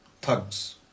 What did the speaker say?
thugs